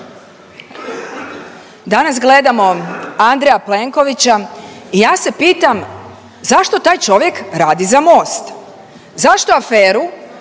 Danas gledamo Andreja Plenkovića i ja se pitam zašto taj čovjek radi za Most, zašto aferu